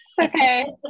Okay